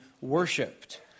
worshipped